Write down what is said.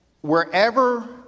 wherever